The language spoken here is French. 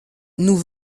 nous